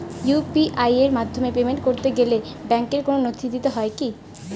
UPI এর মাধ্যমে payment করতে গেলে ব্যাংকের কোন নথি দিতে হয় কি?